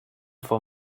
for